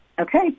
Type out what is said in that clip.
Okay